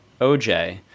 OJ